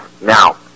Now